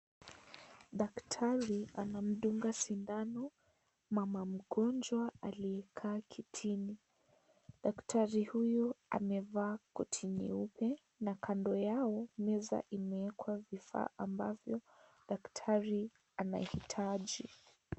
Daktari anamdunga sindano mama mgonjwa aliyekaa kitini ,daktari huyu amevaa koti nyeupe na kando yao meza imewekwa vifaa ambavyo daktari anahitaji.